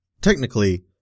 Technically